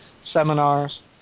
seminars